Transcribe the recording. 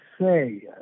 say